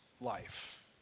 life